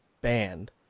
band